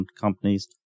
companies